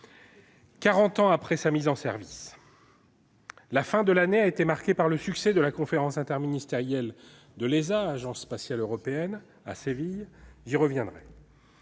ans après sa mise en service. La fin de l'année a été marquée par le succès de la conférence interministérielle de l'ESA, l'Agence spatiale européenne, à Séville ; j'y reviendrai.